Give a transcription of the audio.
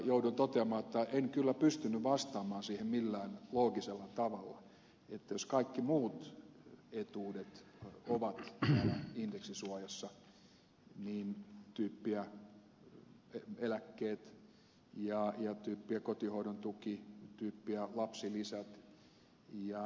joudun toteamaan että en kyllä pystynyt vastaamaan siihen millään loogisella tavalla että jos kaikki muut etuudet ovat indeksisuojassa tyyppiä eläkkeet ja tyyppiä kotihoidon tuki tyyppiä lapsilisät ja niin edelleen